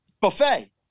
Buffet